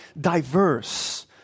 diverse